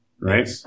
Right